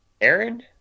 Aaron